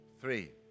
three